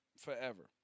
forever